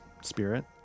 spirit